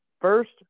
first